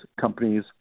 companies